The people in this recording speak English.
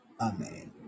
Amen